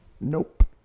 Nope